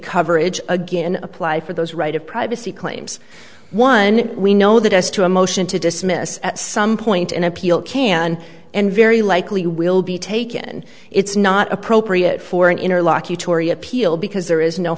coverage again apply for those right of privacy claims one we know that as to a motion to dismiss at some point an appeal can and very likely will be taken it's not appropriate for an interlocutory appeal because there is no